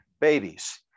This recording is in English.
babies